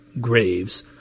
Graves